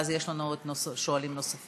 ואז יש לנו שואלים נוספים,